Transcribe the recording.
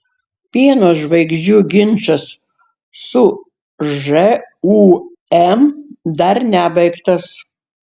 pieno žvaigždžių ginčas su žūm dar nebaigtas